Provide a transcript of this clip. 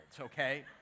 okay